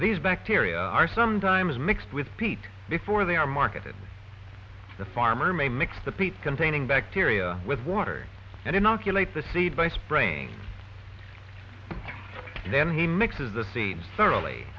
these bacteria are sometimes mixed with peat before they are marketed the farmer may mix the peat containing bacteria with water and inoculate the seed by spraying then he mixes the seeds thoroughly